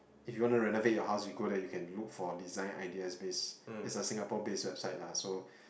if you want to renovate your house you go there you can look for design ideas based is a Singapore based website lah so